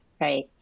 Right